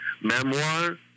memoir